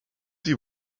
sie